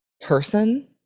person